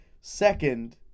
Second